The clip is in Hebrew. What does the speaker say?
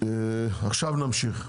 נמשיך.